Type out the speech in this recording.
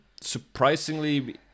surprisingly